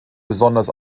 besonders